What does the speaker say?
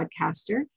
podcaster